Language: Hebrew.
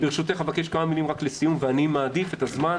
כמה מילים לסיום ברשותך, ואני מעדיף לתת את הזמן